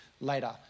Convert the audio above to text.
later